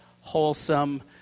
wholesome